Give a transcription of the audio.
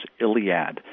Iliad